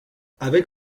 avec